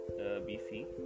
BC